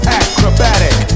acrobatic